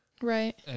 Right